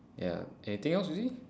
ya anything else you see